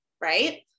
right